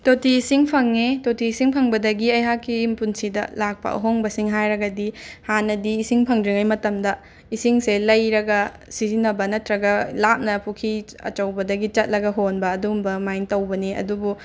ꯇꯣꯇꯤ ꯏꯁꯤꯡ ꯐꯪꯉꯦ ꯇꯣꯇꯤ ꯏꯁꯤꯡ ꯐꯪꯕꯗꯒꯤ ꯑꯩꯍꯥꯛꯀꯤ ꯄꯨꯟꯁꯤꯗ ꯂꯥꯛꯄ ꯑꯍꯣꯡꯕꯁꯤꯡ ꯍꯥꯏꯔꯒꯗꯤ ꯍꯥꯟꯅꯗꯤ ꯏꯁꯤꯡ ꯐꯪꯗ꯭ꯔꯤꯉꯩ ꯃꯇꯝꯗ ꯏꯁꯤꯡꯁꯦ ꯂꯩꯔꯒ ꯁꯤꯖꯤꯟꯅꯕ ꯅꯠꯇ꯭ꯔꯒ ꯂꯥꯞꯅ ꯄꯨꯈ꯭ꯔꯤ ꯑꯆꯧꯕꯗꯒꯤ ꯆꯠꯂꯒ ꯍꯣꯟꯕ ꯑꯗꯨꯒꯨꯝꯕ ꯑꯗꯨꯃꯥꯏꯅ ꯇꯧꯕꯅꯤ ꯑꯗꯨꯕꯨ